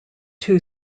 two